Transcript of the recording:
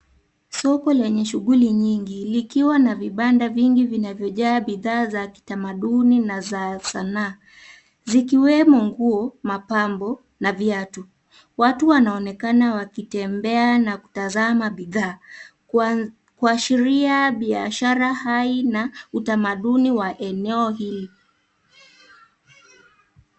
Soko lenye shughuli nyingi, likiwa na vibanda vingi vinavyojaa bidhaa za kitamaduni na za sanaa. Zikiwemo nguo, mapambo, na viatu. Watu wanaonekana wakitembea na kutazama bidhaa. Kuashiria biashara hai na utamaduni wa eneo hili.